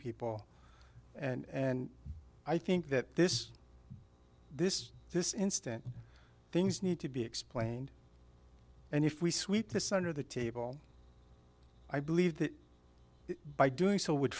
people and i think that this this this instance things need to be explained and if we sweep this under the table i believe that by doing so would